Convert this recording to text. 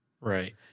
Right